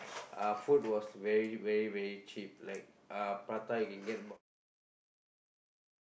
uh food was very very very cheap like uh prata you can get about forty cents fifty cents